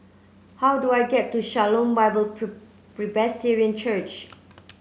how do I get to Shalom Bible Presbyterian Church